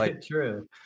true